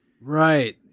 Right